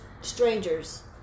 strangers